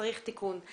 צריך תיקון.